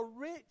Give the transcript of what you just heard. rich